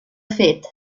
fet